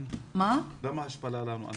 למה השפלה לנו?